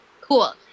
cool